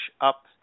up